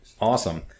awesome